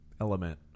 element